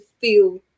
feel